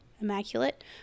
immaculate